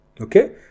Okay